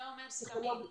זה עומד תמיד.